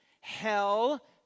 hell